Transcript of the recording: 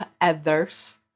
others